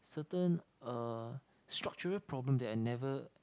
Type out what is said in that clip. certain uh structural problem that I never